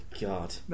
god